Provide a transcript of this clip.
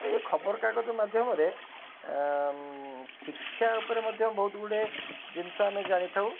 ଏ ଖବରକାଗଜ ମାଧ୍ୟମରେ ଶିକ୍ଷାଉପରେ ମଧ୍ୟ ବହୁତଗୁଡ଼ିଏ ଜିନିଷ ଆମେ ଜାଣିଥାଉ